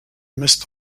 missed